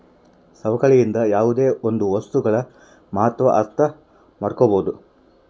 ಸವಕಳಿಯಿಂದ ಯಾವುದೇ ಒಂದು ವಸ್ತುಗಳ ಮಹತ್ವ ಅರ್ಥ ಮಾಡ್ಕೋಬೋದು